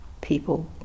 people